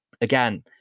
Again